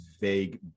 vague